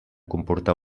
comportar